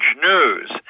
news